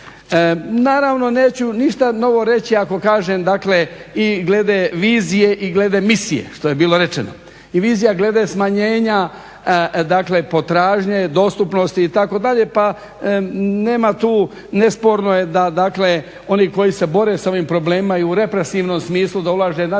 Naravno, neću ništa novo reći ako kažem, dakle i glede vizije i glede misije, što je bilo rečeno. I vizija glede smanjenja, dakle potražnje, dostupnosti itd. pa nema tu, nesporno je da dakle oni koji se bore s ovim problemima i u represivnom smislu, da ulaže